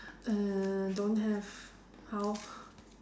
err don't have how